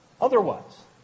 Otherwise